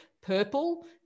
purple